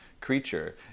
creature